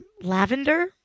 Lavender